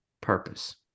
purpose